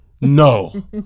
No